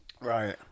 Right